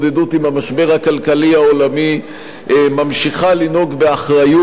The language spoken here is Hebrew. עם המשבר הכלכלי העולמי ממשיכה לנהוג באחריות,